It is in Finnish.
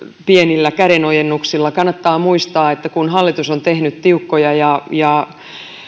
pienillä kädenojennuksilla kannattaa muistaa että kun hallitus on tehnyt tiukkoja ja ja